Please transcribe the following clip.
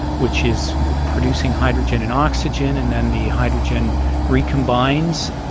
which is producing hydrogen and oxygen, and then the hydrogen recombines.